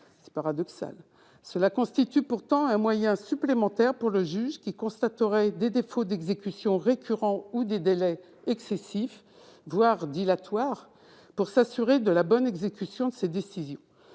c'est paradoxal. Cela constitue pourtant un moyen supplémentaire pour le juge qui constaterait des défauts d'exécution récurrents ou des délais excessifs, voire dilatoires, pour s'assurer de la bonne exécution de cette décision.